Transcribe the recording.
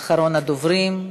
אחרון הדוברים.